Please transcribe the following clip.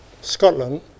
Scotland